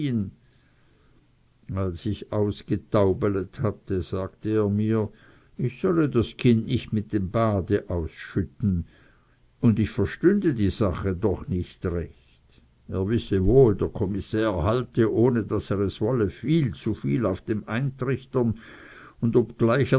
als ich ausgetaubelet hatte sagte er mir ich solle das kind nicht mit dem bade ausschütten und ich verstünde die sache doch nicht recht er wisse wohl der kommissär halte ohne daß er es wolle viel zu viel auf dem eintrichtern und obgleich